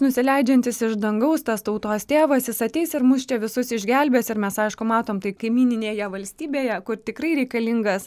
nusileidžiantis iš dangaus tas tautos tėvas jis ateis ir mus čia visus išgelbės ir mes aišku matom tai kaimyninėje valstybėje kur tikrai reikalingas